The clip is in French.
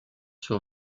sur